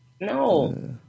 No